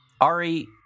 Ari